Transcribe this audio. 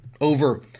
over